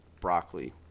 broccoli